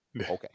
okay